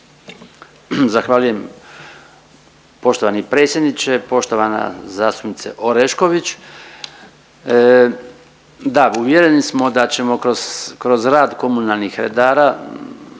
Zahvaljujem poštovani predsjedniče, poštovana zastupnice Orešković. Da, uvjereni smo da ćemo kroz rad komunalnih redara